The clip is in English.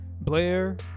Blair